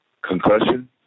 Concussion